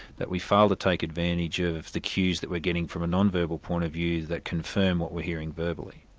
that we fail to take advantage of the cues that we're getting from a non-verbal point of view that confirm what we're hearing verbally.